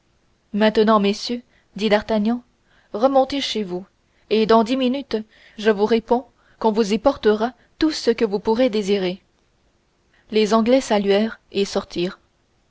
maintenant messieurs dit d'artagnan remontez chez vous et dans dix minutes je vous réponds qu'on vous y portera tout ce que vous pourrez désirer les anglais saluèrent et sortirent